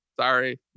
sorry